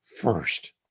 first